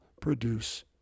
produce